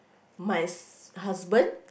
my husband